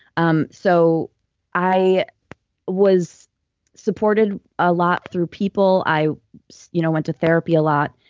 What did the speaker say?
um so i was supported a lot through people. i you know went to therapy a lot.